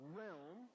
realm